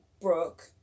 Brooke